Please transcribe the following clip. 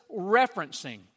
referencing